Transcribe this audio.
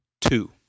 Two